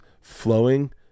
flowing